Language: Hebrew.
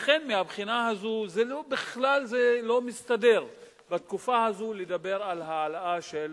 לכן מהבחינה הזאת בכלל לא מסתדר בתקופה הזאת לדבר על העלאה של